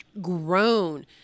grown